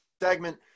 segment